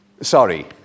Sorry